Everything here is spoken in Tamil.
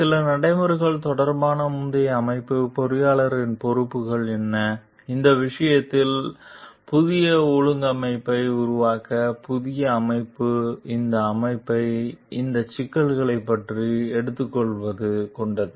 சில நடைமுறைகள் தொடர்பான முந்தைய அமைப்பு பொறியாளரின் பொறுப்புகள் என்ன இந்த விஷயத்தில் புதிய ஒழுங்கமைப்பை உருவாக்க புதிய அமைப்பு இந்த அமைப்பை அந்த சிக்கல்களைப் பற்றி எடுத்துக் கொண்டது